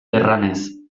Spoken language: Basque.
erranez